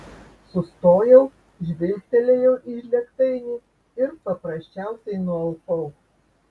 sustojau žvilgtelėjau į žlėgtainį ir paprasčiausiai nualpau